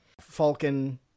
falcon